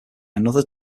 another